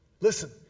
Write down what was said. Listen